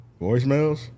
voicemails